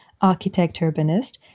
architect-urbanist